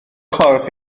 corff